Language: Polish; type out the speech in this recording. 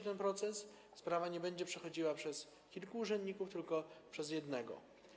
Ten proces się skróci, sprawa nie będzie przechodziła przez kilku urzędników, tylko przez jednego.